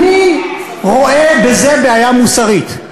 אני רואה בזה בעיה מוסרית.